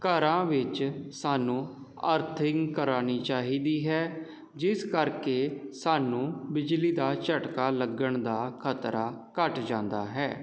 ਘਰਾਂ ਵਿੱਚ ਸਾਨੂੰ ਅਰਥਿੰਗ ਕਰਾਉਣੀ ਚਾਹੀਦੀ ਹੈ ਜਿਸ ਕਰਕੇ ਸਾਨੂੰ ਬਿਜਲੀ ਦਾ ਝਟਕਾ ਲੱਗਣ ਦਾ ਖਤਰਾ ਘੱਟ ਜਾਂਦਾ ਹੈ